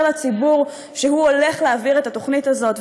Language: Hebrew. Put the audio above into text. לציבור שהוא הולך להעביר את התוכנית הזאת,